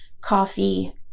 coffee